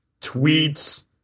tweets